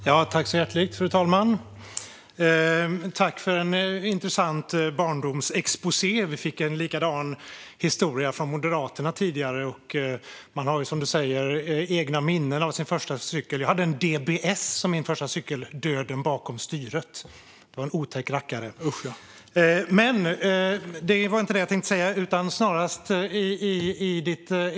Fru talman! Jag tackar för en intressant barndomsexposé. Vi fick en likadan historia från Moderaterna tidigare. Man har, som Magnus Oscarsson säger, egna minnen av sin första cykel. Jag hade en DBS som min första cykel - döden bakom styret. Det var en otäck rackare - usch, ja. Men det var inte detta jag tänkte tala om.